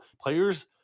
players